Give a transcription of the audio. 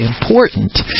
important